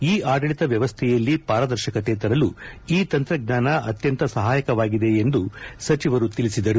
E ಆಡಳಿತ ವ್ವವಸ್ಥೆಯಲ್ಲಿ ಪಾರದರ್ಶಕತೆ ತರಲು ಈ ತಂತ್ರಜ್ಞಾನ ಅತ್ತಂತ ಸಹಾಯಕವಾಗಿದೆ ಎಂದು ಸಚಿವರು ತಿಳಿಸಿದರು